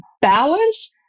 balance